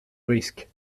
risque